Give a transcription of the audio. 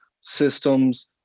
systems